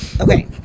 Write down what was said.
Okay